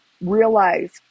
Realize